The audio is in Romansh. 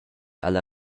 alla